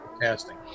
casting